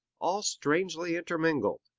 all strangely intermingled.